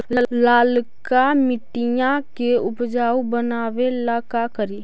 लालका मिट्टियां के उपजाऊ बनावे ला का करी?